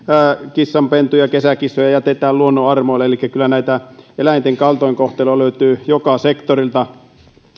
kissanpentuja kesäkissoja jätetään luonnon armoille että kyllä näitä eläinten kaltoinkohteluja löytyy joka sektorilta